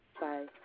Bye